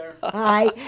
Hi